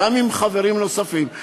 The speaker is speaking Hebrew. גם עם חברים נוספים,